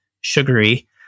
sugary